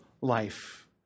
life